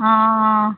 हँ